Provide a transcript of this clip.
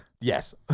Yes